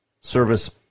service